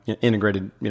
integrated